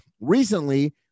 recently